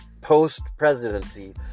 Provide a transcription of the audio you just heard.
post-presidency